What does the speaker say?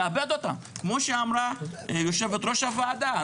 כמו שאמרה יו"ר הועדה,